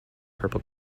purple